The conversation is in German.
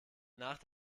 nach